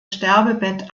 sterbebett